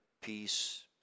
peace